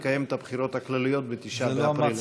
נקיים את הבחירות הכלליות ב-9 באפריל.